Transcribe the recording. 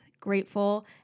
grateful